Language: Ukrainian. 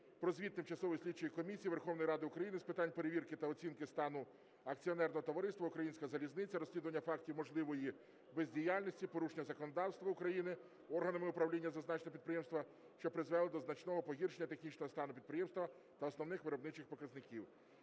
про звіт Тимчасової слідчої комісії Верховної Ради України з питань перевірки та оцінки стану акціонерного товариства "Українська залізниця", розслідування фактів можливої бездіяльності, порушення законодавства України органами управління зазначеного підприємства, що призвели до значного погіршення технічного стану підприємства та основних виробничих показників.